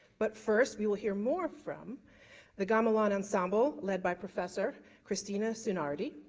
but first, we will hear more from the gamelan ensemble, led by professor christina sunardi,